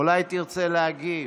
אולי תרצה להגיב,